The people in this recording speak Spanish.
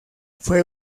fue